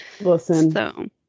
Listen